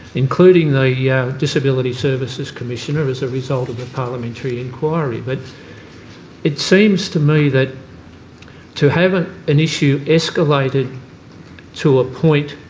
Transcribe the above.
including the yeah disability services commissioner as a result of a thirty parliamentary inquiry. but it seems to me that to have ah an issue escalated to a point